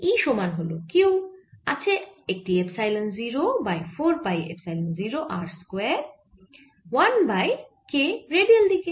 E সমান হল Q আছে একটি epsilon 0 by 4 pi epsilon 0 r square 1 by k radial দিকে